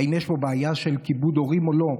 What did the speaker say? האם יש פה בעיה של כיבוד הורים או לא?